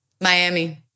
Miami